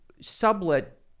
sublet